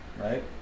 Right